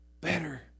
better